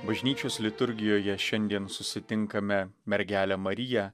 bažnyčios liturgijoje šiandien susitinkame mergelę mariją